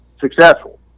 successful